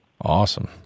Awesome